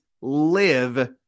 live